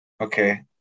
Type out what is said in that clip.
Okay